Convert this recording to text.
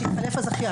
כשיתחלף הזכיין.